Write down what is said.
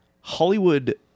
Hollywood